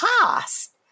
past